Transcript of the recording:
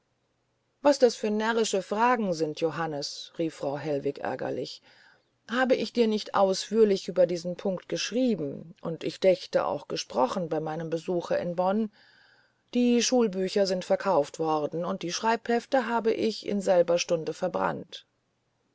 was das für närrische fragen sind johannes rief frau hellwig ärgerlich habe ich dir nicht ausführlich genug über diesen punkt geschrieben und ich dächte auch gesprochen bei meinem besuche in bonn die schulbücher sind verkauft worden und die schreibehefte habe ich in derselben stunde verbrannt